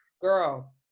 girl